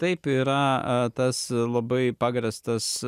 taip yra a tas labai pagrįstas